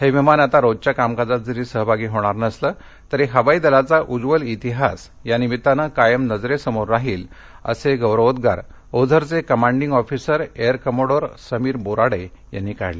हे विमान आता रोजच्या कामकाजात जरी सहभागी होणार नसलं तरी हवाई दलाचा उज्ज्वल इतिहास या निमित्तानं कायम नजरेसमोर राहील असे गौरवोद्वार ओझरचे commanding officer air commodore Sameer Borade यांनी काढले